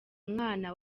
umwana